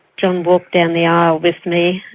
john walked down the aisle with me,